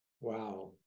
Wow